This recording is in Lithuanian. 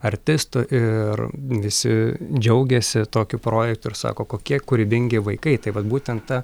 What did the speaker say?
artistų ir visi džiaugėsi tokiu projektu ir sako kokie kūrybingi vaikai tai vat būtent ta